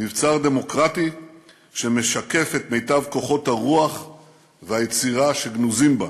מבצר דמוקרטי שמשקף את מיטב כוחות הרוח והיצירה שגנוזים בנו.